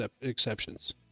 exceptions